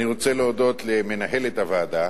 אני רוצה להודות למנהלת הוועדה,